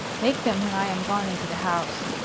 make them when i am gone into the house.